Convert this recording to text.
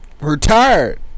Retired